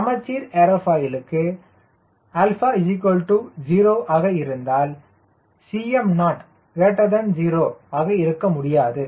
சமச்சீர் ஏர்ஃபாயிலுக்கு 𝛼 0 ஆக இருந்தால் 𝐶mo 0 ஆக இருக்க முடியாது